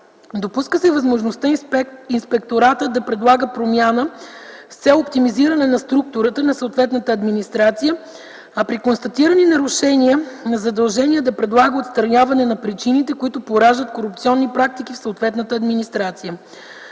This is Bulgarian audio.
Допуска се възможността инспекторатът да предлага промяна с цел оптимизиране на структурата на съответната администрация, а при констатирани нарушения на задължения да предлага отстраняване на причините, които пораждат корупционни практики в съответната администрация.